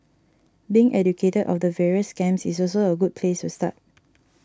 being educated of the various scams is also a good place to start